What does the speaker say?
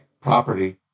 property